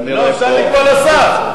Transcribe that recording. תוסיף לי עוד דקה,